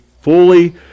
fully